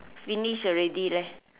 finish already leh